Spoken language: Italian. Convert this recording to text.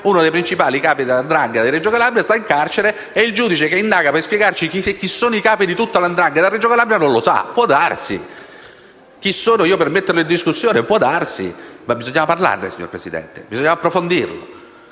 uno dei principali capi della 'ndrangheta è in carcere e il giudice che indaga per spiegarci chi sono i capi di tutta la 'ndrangheta a Reggio Calabria non lo sa. Può darsi, e chi sono io per metterlo in discussione? Può darsi. Ma bisognava parlarne, signor Presidente, e approfondire.